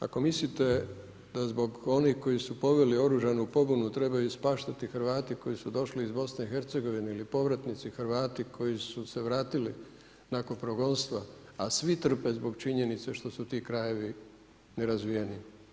Ako mislite da zbog onih koji su poveli oružanu pobunu trebaju spaštati Hrvati koji su došli iz Bosne i Hercegovine ili povratnici Hrvati koji su se vratili nakon progonstva, a svi trpe zbog činjenice što su ti krajevi nerazvijeni.